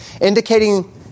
indicating